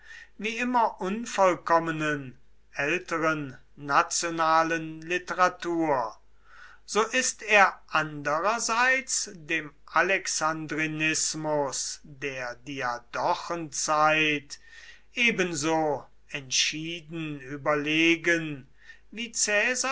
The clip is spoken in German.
wie immer unvollkommenen älteren nationalen literatur so ist er andererseits dem alexandrinismus der diadochenzeit ebenso entschieden überlegen wie